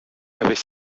avait